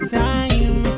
time